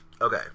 okay